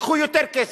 ייקחו יותר כסף.